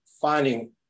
finding